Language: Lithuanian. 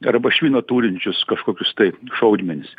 arba švino turinčius kažkokius tai šaudmenis